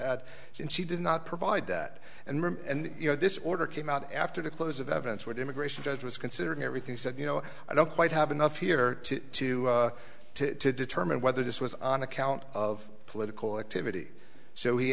had and she did not provide that and room and you know this order came out after the close of evidence where the immigration judge was considering everything said you know i don't quite have enough here to to to to determine whether this was on account of political activity so he